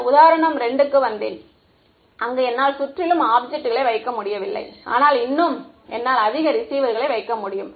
நான் உதாரணம் 2 க்கு வந்தேன் அங்கு என்னால் சுற்றிலும் ஆப்ஜெக்ட்டுகளை வைக்க முடியவில்லை ஆனால் இன்னும் என்னால் அதிக ரிசீவர்களை வைக்க முடியும்